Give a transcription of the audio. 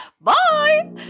Bye